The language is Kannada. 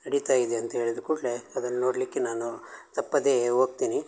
ನಡಿತಾಯಿದೆ ಅಂತ ಹೇಳಿದ ಕೂಡಲೆ ಅದನ್ನ ನೋಡಲಿಕ್ಕೆ ನಾನು ತಪ್ಪದೇ ಹೋಗ್ತೀನಿ